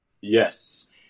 Yes